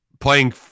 playing